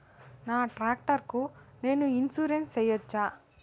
నా టాక్టర్ కు నేను ఇన్సూరెన్సు సేయొచ్చా?